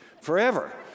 forever